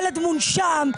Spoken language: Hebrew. ילד מונשם,